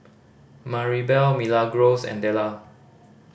Maribel Milagros and Della